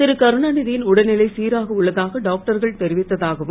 திருகருணாநிதியின் உடல்நிலை சீராக உள்ளதாக டாக்டர்கள் தெரிவித்ததாகவும்